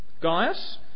Gaius